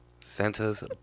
Santa's